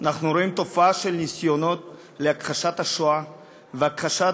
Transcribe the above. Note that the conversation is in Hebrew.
אנחנו רואים תופעה של ניסיונות הכחשת השואה והכחשת